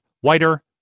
whiter